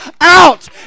out